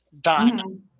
Done